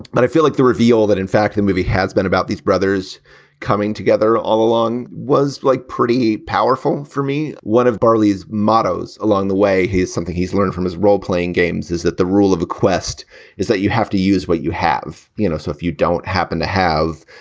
but i feel like the reveal that in fact, the movie has been about these brothers coming together all along was like pretty powerful for me. one of barley's mottos along the way, he's something he's learned from his role playing games is that the rule of a quest is that you have to use what you have, you know. so if you don't happen to have,